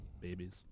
babies